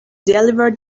deliver